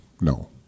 No